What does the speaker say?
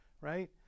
right